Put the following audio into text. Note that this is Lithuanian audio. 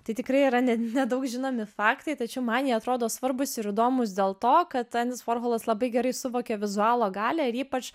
tai tikrai yra nenedaug žinomi faktai tačiau man jie atrodo svarbūs ir įdomūs dėl to kad endis vorholas labai gerai suvokė vizualo galią ir ypač